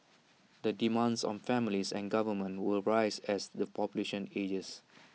the demands on families and government will rise as the population ages